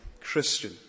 Christian